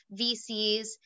VCs